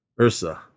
Ursa